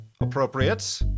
appropriate